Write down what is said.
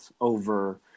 over